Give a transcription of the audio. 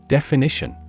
Definition